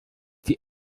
die